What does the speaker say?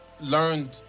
learned